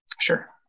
Sure